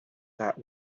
that